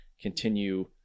continue